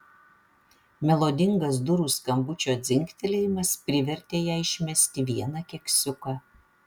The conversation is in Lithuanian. melodingas durų skambučio dzingtelėjimas privertė ją išmesti vieną keksiuką